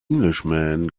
englishman